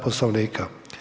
Poslovnika.